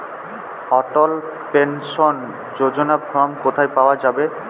অটল pension যোজনার form কোথায় পাওয়া যাবে?